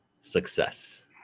success